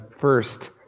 first